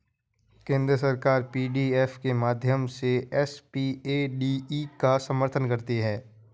केंद्र सरकार पी.डी.एफ के माध्यम से एस.पी.ए.डी.ई का समर्थन करती है